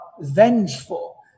vengeful